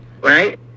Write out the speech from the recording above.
right